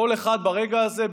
כל אחד ברגע הזה,